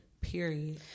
Period